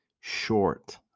short